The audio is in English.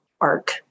arc